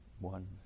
one